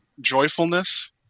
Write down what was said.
joyfulness